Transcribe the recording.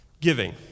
Giving